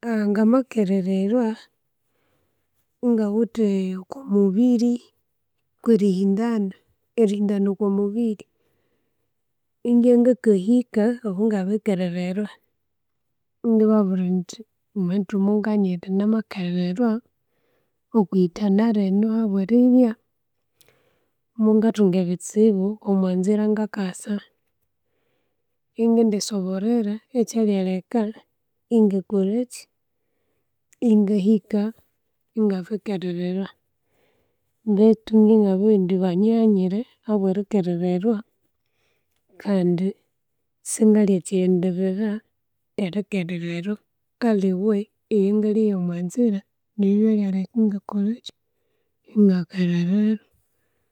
ngamakerererwa ingawithe okwamubiri kwerihindana, erihindana okwa mubiiri ingibya ngakahika ahonga birikererwa ingi babwira indi banithu munganyire namakererwa okwihindana lino ahabweribya mungathunga ebitsibu omwo nzira nga kasa. Ingindi soborera echalyaleka ingakolachi? Ingahika ingabiri kerererwa beithu ingibya inabiri bugha indi banyighanyire ahabweri kerererwa kandi singalya kighenderera erikerererwa aliwe eyengalyeghaya omwa nzira niyo alyaleka ingakolachi? Ingakarererwa.